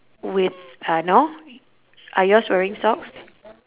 with a no are yours wearing socks